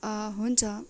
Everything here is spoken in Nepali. हुन्छ